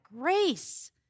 grace